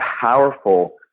powerful